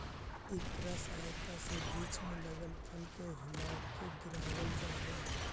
इकरा सहायता से वृक्ष में लगल फल के हिलाके गिरावाल जा हई